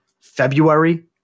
February